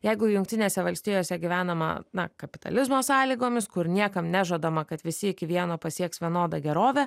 jeigu jungtinėse valstijose gyvenama na kapitalizmo sąlygomis kur niekam nežadama kad visi iki vieno pasieks vienodą gerovę